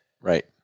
right